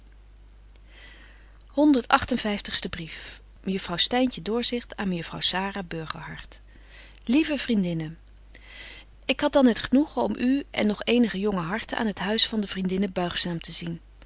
vyftigste brief mejuffrouw styntje doorzicht aan mejuffrouw sara burgerhart lieve vriendinne ik had dan het genoegen om u en nog eenige jonge harten aan het huis van de vriendinne buigzaam te zien